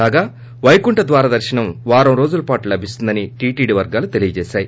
కాగా పైకంఠ ద్వార దర్తనం వారం రోజుల పాటు లభిస్తుందని టీటీడీ వర్గాలు తెలియజేశాయి